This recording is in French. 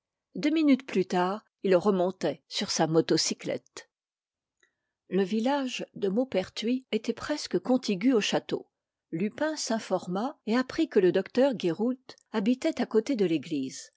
deux minutes plus tard il remontait sur sa motocyclette le village de maupertuis était presque contigu au château lupin s'informa et apprit que le docteur guéroult habitait à côté de l'église